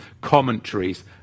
commentaries